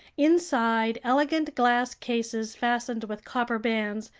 inside elegant glass cases fastened with copper bands,